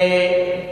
אמרתי: